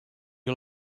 you